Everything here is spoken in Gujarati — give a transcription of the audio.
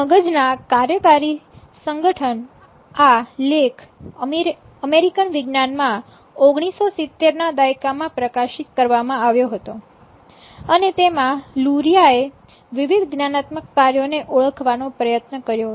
મગજના કાર્યકારી સંગઠન આ લેખ અમેરિકન વિજ્ઞાન માં 1970 ના દાયકામાં પ્રકાશિત કરવામાં આવ્યો હતો અને તેમાં લુરિયા એ વિવિધ જ્ઞાનાત્મક કાર્યોને ઓળખવાનો પ્રયત્ન કર્યો હતો